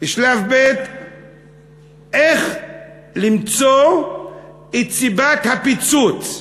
איך למצוא את סיבת הפיצוץ,